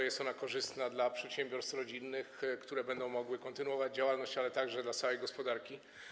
Jest ona korzystna nie tylko dla przedsiębiorstw rodzinnych, które będą mogły kontynuować działalność, ale także dla całej gospodarki.